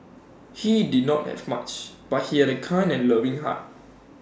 he did not have much but he had A kind and loving heart